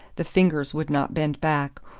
the fingers would not bend back,